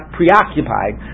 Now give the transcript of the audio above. preoccupied